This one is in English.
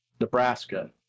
Nebraska